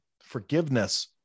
forgiveness